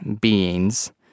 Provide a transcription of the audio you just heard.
beings